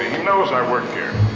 knows i work here.